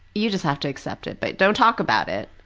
you just have to accept it, but don't talk about it.